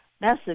message